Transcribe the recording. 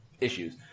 issues